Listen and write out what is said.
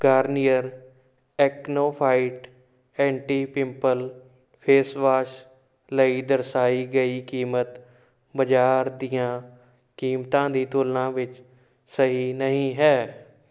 Garnier Acno fight anti pimple face wash ਲਈ ਦਰਸਾਈ ਗਈ ਕੀਮਤ ਬਾਜ਼ਾਰ ਦੀਆਂ ਕੀਮਤਾਂ ਦੀ ਤੁਲਨਾ ਵਿੱਚ ਸਹੀ ਨਹੀਂ ਹੈ